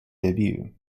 debut